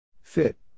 Fit